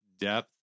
depth